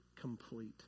complete